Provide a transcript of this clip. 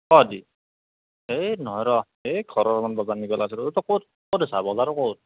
অঁ দি এই নহয় ৰহ এই ঘৰৰ অকণ বজাৰ নিব আহিছিলোঁ তই ক'ত ক'ত আছা বজাৰৰ ক'ত